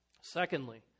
Secondly